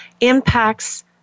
impacts